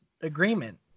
agreement